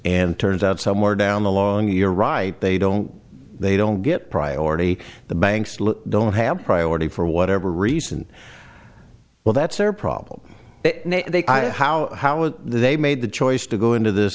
and turns out somewhere down the long you're right they don't they don't get priority the banks don't have priority for whatever reason well that's their problem how how they made the choice to go into th